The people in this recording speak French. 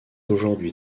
aujourd’hui